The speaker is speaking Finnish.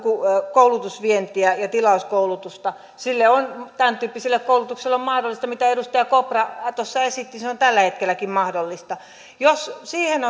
koulutusvientiä ja tilauskoulutusta tämäntyyppiselle koulutukselle on mahdollista se mitä edustaja kopra tuossa esitti se on tällä hetkelläkin mahdollista jos siihen